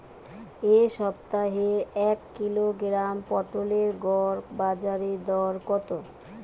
এ সপ্তাহের এক কিলোগ্রাম পটলের গড় বাজারে দর কত?